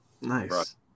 Nice